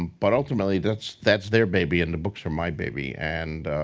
but ultimately, that's that's their baby and the books are my baby. and